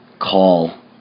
call